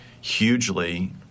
hugely